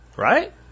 Right